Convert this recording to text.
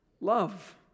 Love